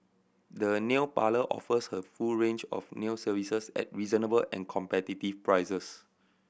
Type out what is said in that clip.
the nail parlour offers a full range of nail services at reasonable and competitive prices